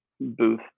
booth